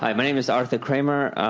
my my name is arthur kramer.